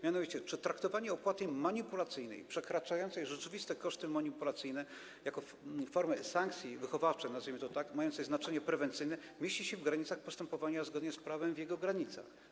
Mianowicie czy traktowanie opłaty manipulacyjnej przekraczającej rzeczywiste koszty manipulacyjne jako formę sankcji wychowawczej, nazwijmy to tak, mającej znaczenie prewencyjne, mieści się w granicach postępowania zgodnie z prawem, w jego granicach?